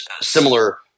similar